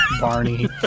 Barney